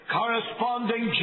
corresponding